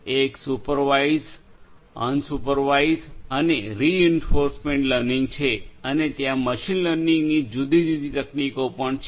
એક supervised unsupervised અને reinforcement learning છે અને ત્યાં મશીન લર્નિંગની જુદી જુદી તકનીકો પણ છે